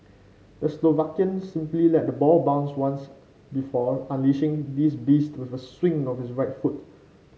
the Slovakian simply let the ball bounced once before unleashing this beast with a swing of his right foot